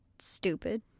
stupid